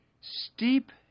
Steep